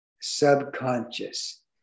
subconscious